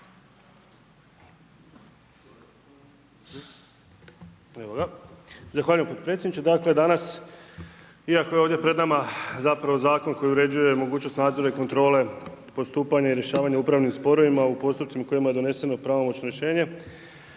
Zahvaljujem potpredsjedniče. Dakle danas iako je ovdje pred nama zapravo zakon koji uređuje mogućnost nadzora i kontrole postupanja i rješavanja upravnih sporova u postupcima u kojima je doneseno pravomoćno rješenje,